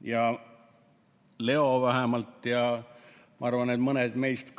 ja Leo vähemalt on ja ma arvan, et veel mõned meist